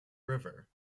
river